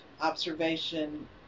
observation